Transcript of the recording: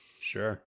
sure